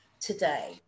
today